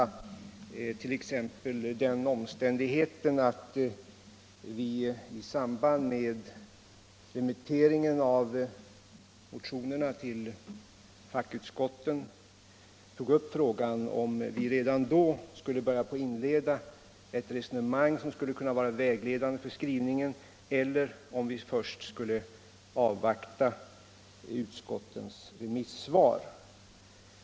Jag kan t.ex. påminna om att vi i samband med remitteringen av motionerna till fackutskotten tog upp frågan, om vi redan då skulle inleda ett resonemang som skulle kunna bli vägledande för skrivningen eller om vi först borde avvakta utskottens remissvar.